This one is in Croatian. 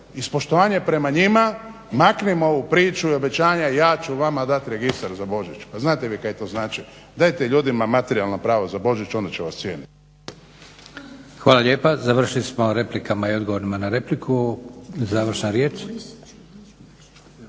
iz poštovanja prema njima maknimo ovu priču i obećanja ja ću vama dati registar za Božić. Pa znate vi kaj to znači? Dajte ljudima materijalna prava za Božić onda će vas cijeniti. **Leko, Josip (SDP)** Hvala lijepa. Završili smo replikama i odgovorima na repliku. Završna riječ.